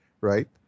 right